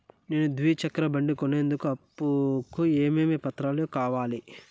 నేను ద్విచక్ర బండి కొనేందుకు అప్పు కు ఏమేమి పత్రాలు కావాలి?